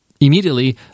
immediately